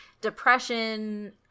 depression